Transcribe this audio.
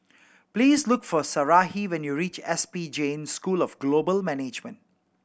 please look for Sarahi when you reach S P Jain School of Global Management